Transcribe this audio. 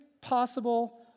possible